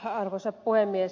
arvoisa puhemies